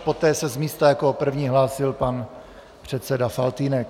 Poté se z místa jako první hlásil pan předseda Faltýnek.